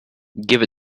give